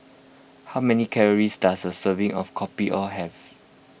how many calories does a serving of Kopi O have